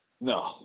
No